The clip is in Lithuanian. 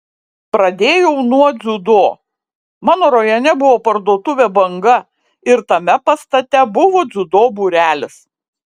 pradėjau nuo dziudo mano rajone buvo parduotuvė banga ir tame pastate buvo dziudo būrelis